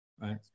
right